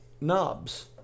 knobs